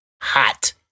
hot